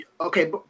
okay